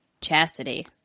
Chastity